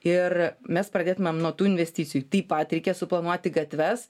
ir mes pradėtumėm nuo tų investicijų taip pat reikia suplanuoti gatves